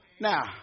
Now